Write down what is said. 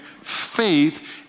Faith